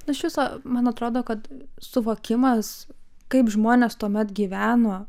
iš viso man atrodo kad suvokimas kaip žmonės tuomet gyveno